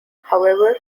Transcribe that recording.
however